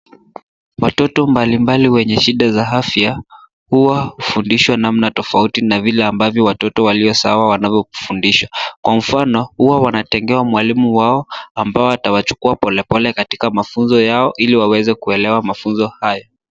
Watoto mbali mbali wenye shida za afya huwa fundisho namna tafauti na vile ambavyo watoto walio sawa wanavyo fundisha kwa mfano huwa wanatengewa mwalimu wao ambao hawa pole pole katika mafunzo yao ili kuweze kuelekea mafunzo hayo.